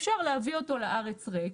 אפשר להביא אותו לארץ ריק.